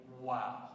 Wow